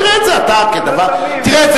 אתה תראה את זה,